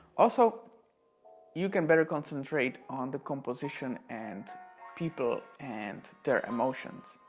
also you can better concentrate on the composition and people and their emotions.